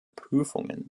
prüfungen